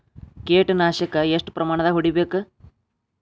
ಕೇಟ ನಾಶಕ ಎಷ್ಟ ಪ್ರಮಾಣದಾಗ್ ಹೊಡಿಬೇಕ?